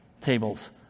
tables